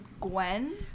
Gwen